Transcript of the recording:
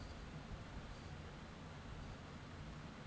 ইকসাথে পলটিরি উপার্জলের জ্যনহে পালল ক্যরা হ্যয় উয়াকে পলটিরি ফার্মিং ব্যলে